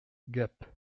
gap